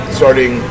starting